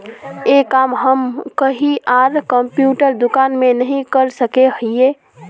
ये काम हम कहीं आर कंप्यूटर दुकान में नहीं कर सके हीये?